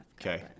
Okay